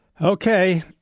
Okay